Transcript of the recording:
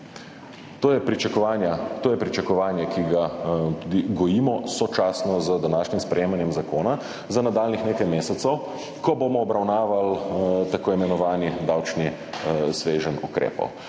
To je pričakovanje, ki ga tudi gojimo, sočasno z današnjim sprejemanjem zakona, za nadaljnjih nekaj mesecev, ko bomo obravnavali tako imenovani davčni sveženj ukrepov.